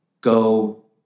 Go